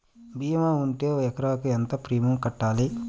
భీమా ఉంటే ఒక ఎకరాకు ఎంత ప్రీమియం కట్టాలి?